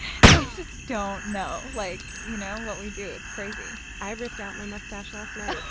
they just don't know like you know what we do. it's crazy. i ripped out my mustache last night,